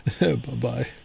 Bye-bye